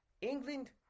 England